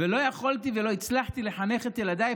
ולא יכולתי ולא הצלחתי לחנך את ילדיי,